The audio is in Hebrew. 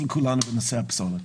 אתה אומר שעלות ממוצעת של כוס שנמכרת